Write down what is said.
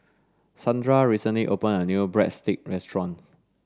Sandra recently open a new Breadstick restaurant